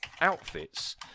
outfits